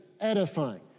edifying